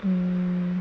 mmhmm